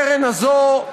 הקרן הזאת,